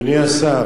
אדוני השר,